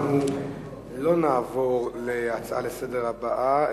אנחנו לא נעבור להצעה לסדר-היום הבאה,